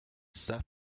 sap